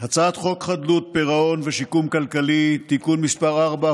הצעת חוק חדלות פירעון ושיקום כלכלי (תיקון מס' 4,